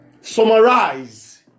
summarize